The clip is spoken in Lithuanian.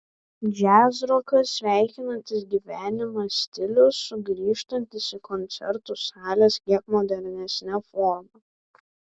džiazrokas sveikinantis gyvenimą stilius sugrįžtantis į koncertų sales kiek modernesne forma